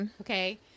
Okay